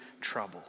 trouble